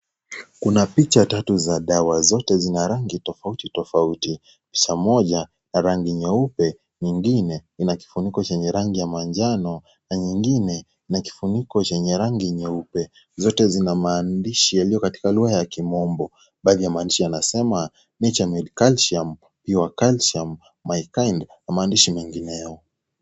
Kuna picha tatu za dawa zote zina rangi tofauti tofauti za moja ya rangi nyeupe nyingine ina kifuniko chenye rangi ya manjano na nyingine na kifuniko chenye rangi nyeupe zote zina maandishi yaliyo katika lugha ya kimombo baadhi ya maandishi yanasema nature made calcium pure calcium my kind na maandishi mengineyo.